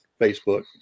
Facebook